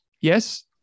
Yes